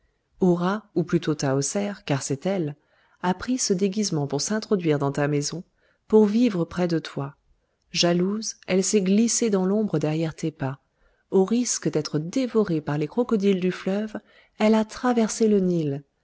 ou plutôt tahoser car c'est elle a pris ce déguisement pour s'introduire dans ta maison pour vivre près de toi jalouse elle s'est glissée dans l'ombre derrière tes pas au risque d'être dévorée par les crocodiles du fleuve elle a traversé le nil